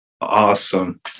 Awesome